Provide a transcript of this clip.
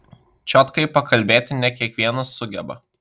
čiotkai pakalbėti ne kiekvienas sugeba